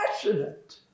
passionate